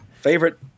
favorite